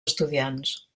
estudiants